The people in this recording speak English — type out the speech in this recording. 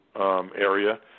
area